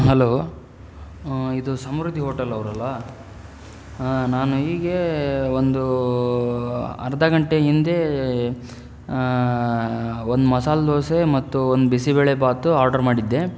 hello ಇದು Samruddhi hotel ಅವರಲ್ವಾ ಹಾಂ ನಾನು ಹೀಗೆ ಒಂದು ಅರ್ಧ ಗಂಟೆ ಹಿಂದೆ ಒಂದು ಮಸಾಲೆ ದೋಸೆ ಮತ್ತು ಒಂದು ಬಿಸಿಬೇಳೆಬಾತು ಆರ್ಡರ್ ಮಾಡಿದ್ದೆ